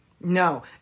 No